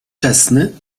wczesny